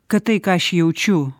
kad tai ką aš jaučiu